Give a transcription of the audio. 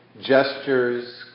gestures